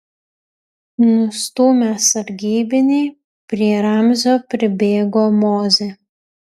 nustūmęs sargybinį prie ramzio pribėgo mozė